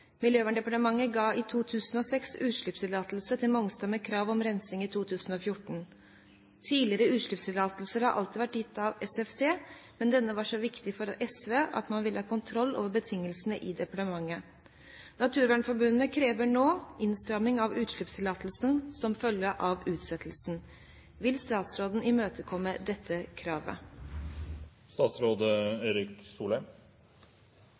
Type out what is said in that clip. Miljøverndepartementet ga i 2006 utslippstillatelse til Mongstad med krav om rensing i 2014. Tidligere utslippstillatelser har alltid vært gitt av SFT, men denne var så viktig for SV at man ville ha kontroll over betingelsene i departementet. Naturvernforbundet krever nå innstramming av utslippstillatelsen som følge av utsettelsen. Vil statsråden imøtekomme dette kravet?»